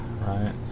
Right